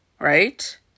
right